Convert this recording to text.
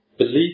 believe